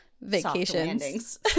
Vacations